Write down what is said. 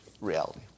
reality